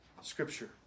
Scripture